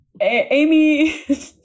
Amy